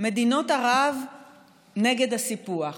מדינות ערב נגד הסיפוח,